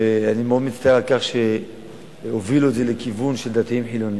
ואני מאוד מצטער על כך שהובילו את זה לכיוון של דתיים חילונים.